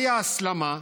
הייתה הסלמה,